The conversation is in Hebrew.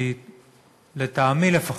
כי לטעמי לפחות,